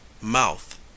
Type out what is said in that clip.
Mouth